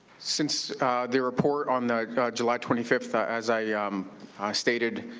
since the report on the july twenty fifth, as i yeah um ah stated,